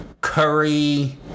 Curry